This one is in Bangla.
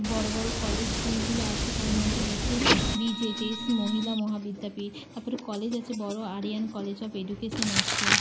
বড় বড় কলেজ স্কুলগুলো আছে তার মধ্যে হচ্ছে মহিলা মহাবিদ্যাপীঠ তার পরে কলেজ আছে বড় আরিয়ান কলেজ অফ এডুকেশন আছে